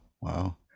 Wow